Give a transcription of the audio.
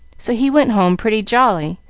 so he went home pretty jolly,